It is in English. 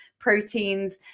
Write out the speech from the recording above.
proteins